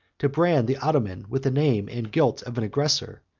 to brand the ottoman with the name and guilt of an aggressor,